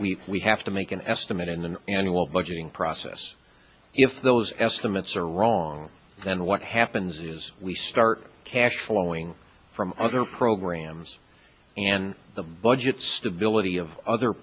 we we have to make an estimate in an annual budgeting process if those estimates are wrong then what happens is we start cash flowing from other programs and the budget stability of other